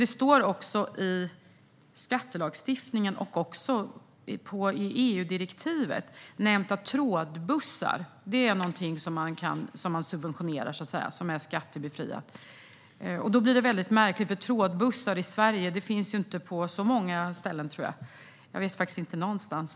Det står i skattelagstiftningen och även i EU-direktivet att trådbussar är någonting som subventioneras och som är skattebefriade. Då blir det mycket märkligt, eftersom jag inte tror att trådbussar finns på så många ställen i Sverige. Jag vet inte något ställe.